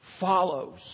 follows